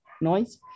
noise